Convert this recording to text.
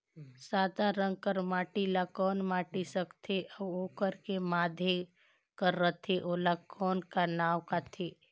सादा रंग कर माटी ला कौन माटी सकथे अउ ओकर के माधे कर रथे ओला कौन का नाव काथे?